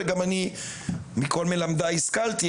וגם אני מכל מלמדיי השכלתי,